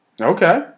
Okay